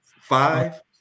Five